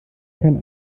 kann